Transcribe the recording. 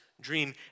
dream